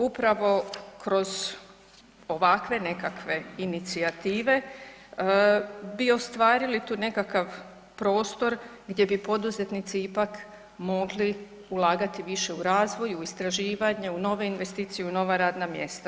Upravo kroz ovakve nekakve inicijative bi ostvarili tu nekakav prostor gdje bi poduzetnici ipak mogli ulagati više u razvoj, u istraživanje, u nove investicije, u nova radna mjesta.